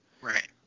Right